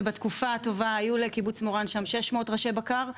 ובתקופה הטובה היו לקיבוץ מורן שם 600 ראשי בקר.